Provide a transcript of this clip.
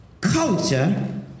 culture